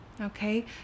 Okay